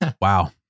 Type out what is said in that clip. Wow